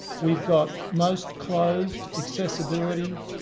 we've got most closed, accessibility,